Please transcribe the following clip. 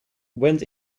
went